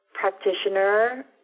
practitioner